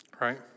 right